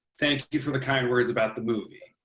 thank you for the kind words about the movie.